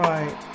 Right